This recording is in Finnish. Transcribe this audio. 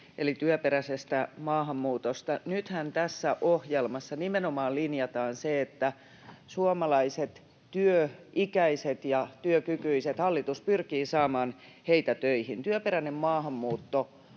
eli työperäisestä maahanmuutosta. Nythän tässä ohjelmassa nimenomaan linjataan se, että hallitus pyrkii saamaan suomalaisia työikäisiä ja työkykyisiä töihin. Työperäinen maahanmuutto